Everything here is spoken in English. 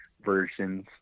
versions